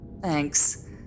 Thanks